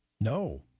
No